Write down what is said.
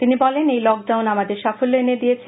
তিনি বলেন এই লকডাউন আমাদের সাফল্য এনে দিয়েছে